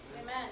Amen